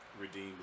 Redeemed